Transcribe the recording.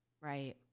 Right